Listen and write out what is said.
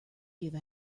give